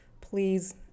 please